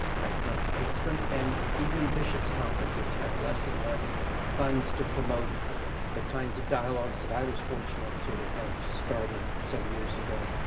i think. kind of and even bishops conferences have and less and less funds to promote the kinds of dialogues that i was fortunate to have started some years ago.